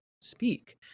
speak